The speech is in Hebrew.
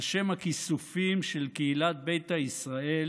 על שם הכיסופים של קהילת ביתא ישראל